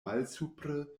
malsupre